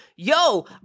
yo